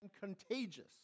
contagious